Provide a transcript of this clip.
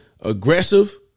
aggressive